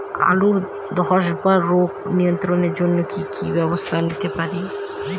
আলুর ধ্বসা রোগ নিয়ন্ত্রণের জন্য কি কি ব্যবস্থা নিতে পারি?